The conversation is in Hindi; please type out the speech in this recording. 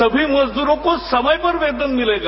सभी मजदूरों को समय पर वेतन मिलेगा